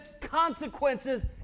consequences